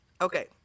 okay